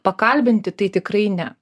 pakalbinti tai tikrai ne